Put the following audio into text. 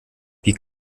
wie